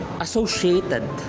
associated